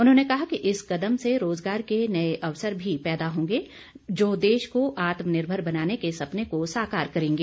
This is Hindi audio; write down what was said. उन्होंने कहा कि इस कदम से रोज़गार के नए अवसर भी पैदा होंगे जो देश को आत्मनिर्भर बनाने के सपने को साकार करेंगे